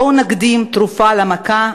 בואו נקדים תרופה למכה,